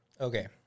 Okay